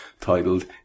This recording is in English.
titled